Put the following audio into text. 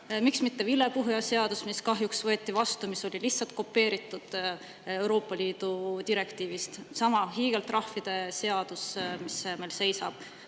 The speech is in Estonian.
Miks mitte ka vilepuhuja seadus, mis kahjuks võeti vastu. See oli lihtsalt kopeeritud Euroopa Liidu direktiivist. Samuti hiigeltrahvide seadus, mis meil seisab.